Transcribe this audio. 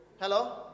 Hello